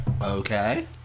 Okay